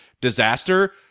disaster